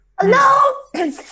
Hello